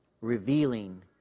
revealing